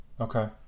Okay